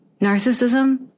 narcissism